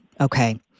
Okay